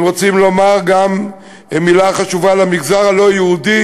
אם רוצים לומר גם מילה חשובה למגזר הלא-יהודי,